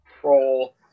control